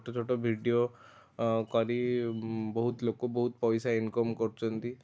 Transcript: ଛୋଟ ଛୋଟ ଭିଡ଼ିଓ କରି ବହୁତ ଲୋକ ବହୁତ ପଇସା ଇନକମ୍ କରୁଛନ୍ତି